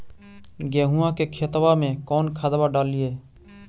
गेहुआ के खेतवा में कौन खदबा डालिए?